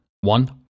One